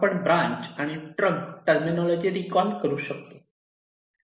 आपण ब्रांच आणि trunk terminology recall करू शकतो